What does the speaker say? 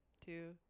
two